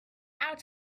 out